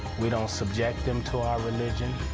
we don't subject them to our religion.